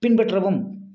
பின்பற்றவும்